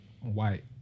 white